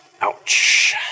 ouch